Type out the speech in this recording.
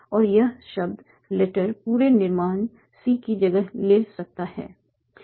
और यह शब्द लेटर पूरे निर्माण C की जगह ले सकता है